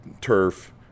turf